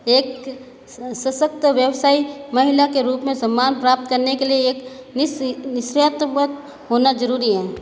एक सशक्त व्यवसायी महिला के रूप में सम्मान प्राप्त करने के लिए निस्वत होना जरूरी हैं